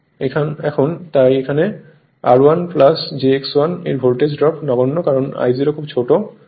এখন তাই এখানে R1 j X1 এর ভোল্টেজ ড্রপ নগণ্য কারণ I0 খুব ছোট